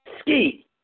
Ski